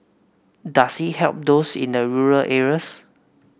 does it help those in the rural areas